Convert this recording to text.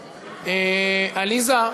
עליזה.